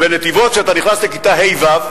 ובנתיבות, כשאתה נכנס לכיתה ה'-ו'